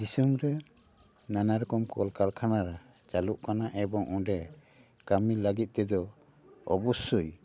ᱫᱤᱥᱚᱢ ᱨᱮ ᱱᱟᱱᱟ ᱨᱚᱠᱚᱢ ᱠᱚᱞ ᱠᱟᱨᱠᱷᱟᱱᱟ ᱨᱮ ᱪᱟᱹᱞᱩᱜ ᱠᱟᱱᱟ ᱮᱵᱚᱝ ᱚᱸᱰᱮ ᱠᱟᱹᱢᱤ ᱞᱟᱹᱜᱤᱫ ᱛᱮᱫᱚ ᱚᱵᱚᱥᱥᱳᱭ